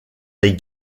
les